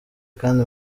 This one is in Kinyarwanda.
kandi